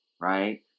right